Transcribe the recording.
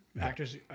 Actors